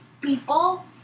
people